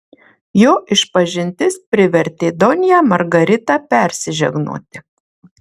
jo išpažintis privertė donją margaritą persižegnoti